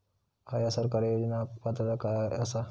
हया सरकारी योजनाक पात्रता काय आसा?